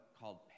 called